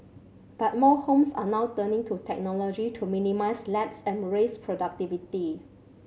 but more homes are now turning to technology to minimise lapses and raise productivity